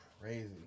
crazy